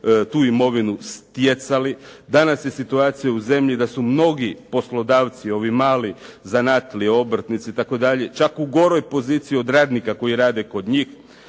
tu imovinu stjecali. Danas je situacija u zemlji da su mogli poslodavci ovi mali zanatlije, obrtnici itd. čak u goroj poziciji od radnika koji rade kod njih.